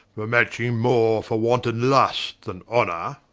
for matching more for wanton lust, then honor,